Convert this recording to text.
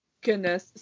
Goodness